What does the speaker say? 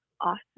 awesome